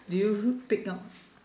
do you pick up